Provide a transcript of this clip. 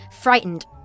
Frightened